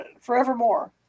forevermore